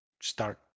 start